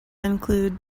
include